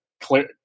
clear